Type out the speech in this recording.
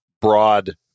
broad